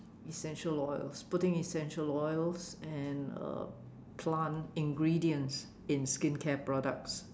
essential oils putting essential oils and uh plant ingredients in skincare products